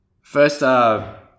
First